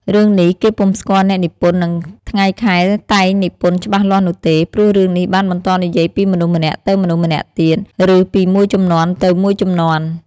រឿងនេះ គេពុំស្គាល់អ្នកនិពន្ធ និងថ្ងៃខែតែងនិពន្ធច្បាស់លាស់នោះទេ ព្រោះរឿងនេះបានបន្តនិយាយពីមនុស្សម្នាក់ទៅមនុស្សម្នាក់ទៀត ឬពីមួយជំនាន់ទៅមួយជំនាន់។